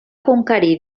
conquerir